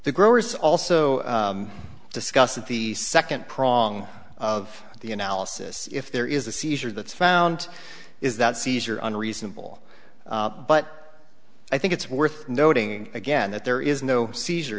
the growers also discuss that the second prong of the analysis if there is a seizure that's found is that seizure unreasonable but i think it's worth noting again that there is no seizure